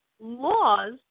laws